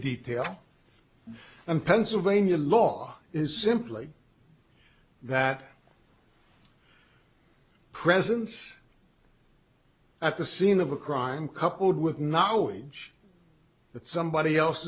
detail and pennsylvania law is simply that presence at the scene of a crime coupled with knowledge that somebody else